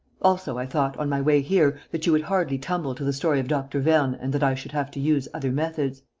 also, i thought, on my way here, that you would hardly tumble to the story of dr. vernes and that i should have to use other methods.